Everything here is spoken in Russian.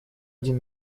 один